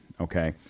okay